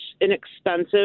inexpensive